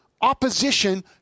opposition